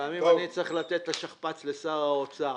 לפעמים אני צריך לתת את השכפ"ץ לשר האוצר.